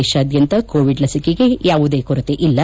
ದೇಶಾದ್ಯಂತ ಕೋವಿಡ್ ಲಸಿಕೆಗೆ ಯಾವುದೇ ಕೊರತೆ ಇಲ್ಲ